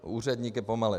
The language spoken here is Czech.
Úředník je pomalej.